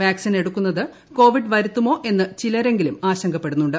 vaccine എടുക്കുന്നത് Covid വരുത്തുമോ എന്ന് ചിലരെങ്കിലും ആശങ്കപ്പെടുന്നുണ്ട്